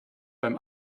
beim